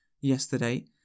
yesterday